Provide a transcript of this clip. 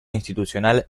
institucional